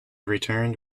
returned